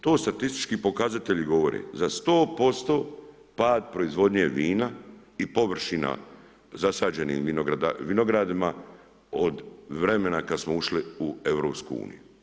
To statistički pokazatelji govore, za 100% pad proizvodnje vina i površina zasađenim vinogradima od vremena kad smo ušli u EU.